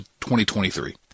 2023